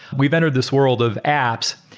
we've entered this world of apps,